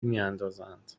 میاندازند